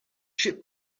ship